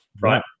Right